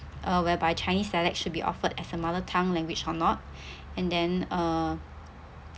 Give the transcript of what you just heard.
uh whereby chinese dialect should be offered as a mother tongue language or not and then uh